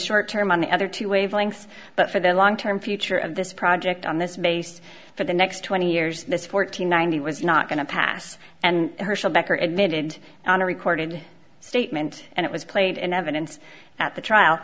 short term on the other two wavelengths but for the long term future of this project on this basis for the next twenty years that's fourteen ninety was not going to pass and herschel becker admitted on a recorded statement and it was played in evidence at the trial